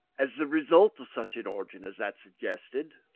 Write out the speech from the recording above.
as the result of such an origin as that suggested,